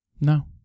No